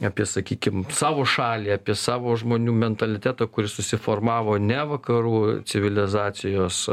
apie sakykim savo šalį apie savo žmonių mentalitetą kuris susiformavo ne vakarų civilizacijos